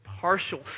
partial